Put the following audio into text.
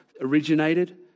originated